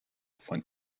von